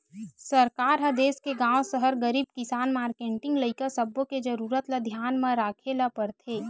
सरकार ह देस के गाँव, सहर, गरीब, किसान, मारकेटिंग, लइका सब्बो के जरूरत ल धियान म राखे ल परथे